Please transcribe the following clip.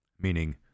meaning